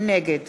נגד